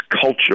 culture